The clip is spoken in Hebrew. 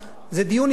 זה דיון נפרד.